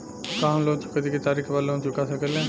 का हम लोन चुकौती के तारीख के बाद लोन चूका सकेला?